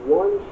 one